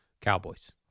Cowboys